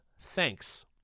thanks